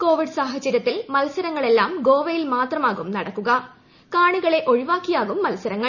Covid സാഹൃപ്പത്തിൽ മത്സരങ്ങളെല്ലാം ഗോവയിൽ മാത്രമാകും നടക്കുക് കാ്ണികളെ ഒഴിവാക്കിയാകും മത്സരങ്ങൾ